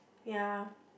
ya